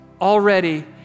already